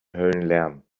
höllenlärm